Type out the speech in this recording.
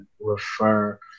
refer